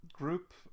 group